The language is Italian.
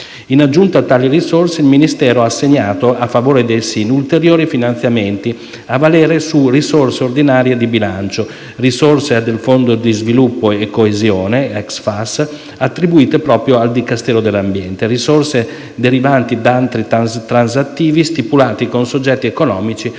In aggiunta a tali risorse, il Ministero ha assegnato a favore dei SIN ulteriori finanziamenti, a valere su risorse ordinarie di bilancio, risorse del Fondo di sviluppo e coesione (ex FAS) attribuite proprio al Dicastero dell'ambiente, risorse derivanti da atti transattivi stipulati con soggetti economici